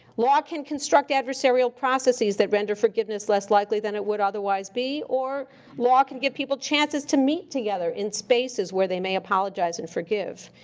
law can construct adversarial processes that render forgiveness less likely than it would otherwise be, or law can give people chances to meet together in spaces where they may apologize and forgive,